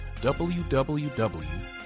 www